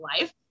life